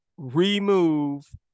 remove